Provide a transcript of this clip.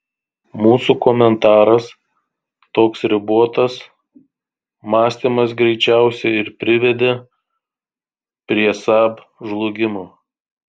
mūsų komentaras toks ribotas mąstymas greičiausiai ir privedė prie saab žlugimo